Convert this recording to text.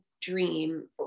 dream